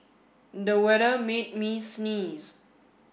the weather made me sneeze